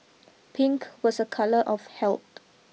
pink was a colour of health